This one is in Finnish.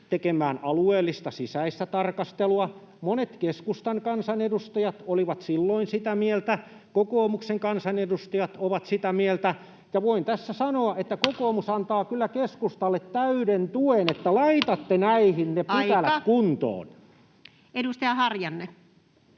tekemään alueellista, sisäistä tarkastelua. Monet keskustan kansanedustajat olivat silloin sitä mieltä, ja kokoomuksen kansanedustajat ovat sitä mieltä, ja voin tässä sanoa, että kokoomus antaa kyllä keskustalle täyden tuen siinä, [Puhemies: Aika!] että laitatte näihin ne pykälät kuntoon. Edustaja Harjanne.